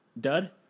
Dud